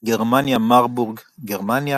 גרמניה מרבורג, גרמניה